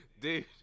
Dude